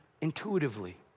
Intuitively